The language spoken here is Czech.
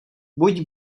buď